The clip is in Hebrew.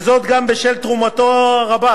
וזאת גם בשל תרומתו הרבה